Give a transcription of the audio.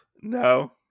no